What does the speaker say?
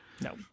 No